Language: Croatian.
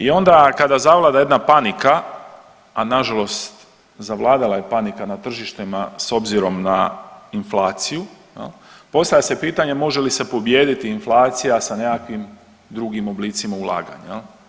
I onda kada zavlada jedna panika, a nažalost zavladala je panika na tržištima s obzirom na inflaciju, postavlja se pitanje može li se pobijediti inflacija sa nekakvim drugim oblicima ulaganja.